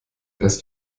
das